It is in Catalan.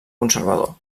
conservador